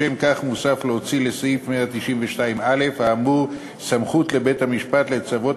לשם כך מוצע להוסיף לסעיף 192א האמור סמכות לבית-המשפט לצוות